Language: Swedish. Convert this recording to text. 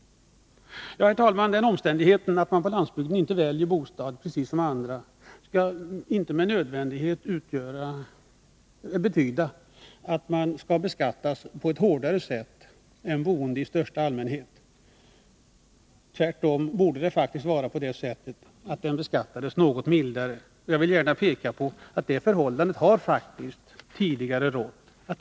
Herr talman! Den omständigheten att man på landsbygden inte väljer bostad precis som andra skall inte med nödvändighet betyda att man skall beskattas på ett hårdare sätt än boende i största allmänhet. Tvärtom borde det faktiskt betyda att bostaden beskattades något mildare. Det förhållandet har faktiskt tidigare rått.